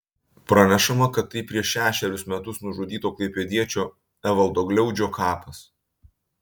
pranešama kad tai prieš šešerius metus nužudyto klaipėdiečio evaldo gliaudžio kapas